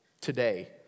today